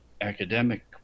academic